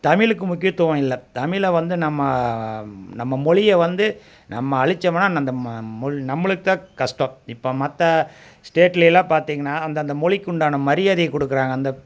தமிழுக்கு முக்கியத்துவம் இல்லை தமிழை வந்து நம்ம நம்ம மொழியை வந்து நம்ம அழிச்சோம்னா அந்த நம்மளுக்கு தான் கஷ்டம் இப்போ மற்ற ஸடேட்லேயெலாம் பார்த்திங்கன்னா அந்தந்த மொழிக்கு உண்டான மரியாதையை கொடுக்குறாங்க அந்த